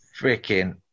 freaking